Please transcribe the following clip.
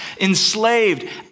enslaved